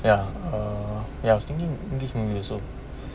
ya uh ya I was thinking english movie also